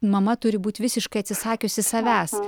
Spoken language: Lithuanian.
mama turi būti visiškai atsisakiusi savęs